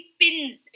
pins